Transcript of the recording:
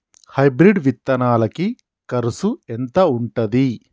Hybrid విత్తనాలకి కరుసు ఎంత ఉంటది?